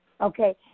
Okay